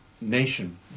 nation